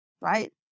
right